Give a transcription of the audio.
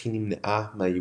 אך היא נמנעה מהיהודים.